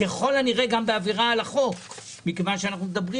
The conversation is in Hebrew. הוזכר פה הדיון הקודם שעלה אבא שאמר שהבן